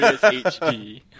HD